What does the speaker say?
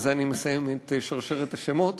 ובזה אני מסיים את שרשרת השמות,